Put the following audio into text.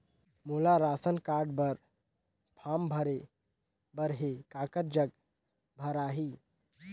मोला ration card बर form भरे बर हे काकर जग भराही?